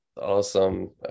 Awesome